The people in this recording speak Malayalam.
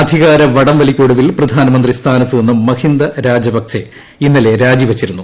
അധികാര വടംവലിയ്ക്കൊടുവിൽ പ്രധാനമന്ത്രി സ്ഥാനത്ത് നിന്നും മഹിന്ദ രാജപക്ഷെ ഇന്നലെ രാജിവെച്ചിരുന്നു